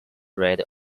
round